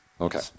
Okay